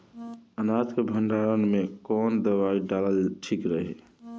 अनाज के भंडारन मैं कवन दवाई डालल ठीक रही?